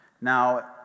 Now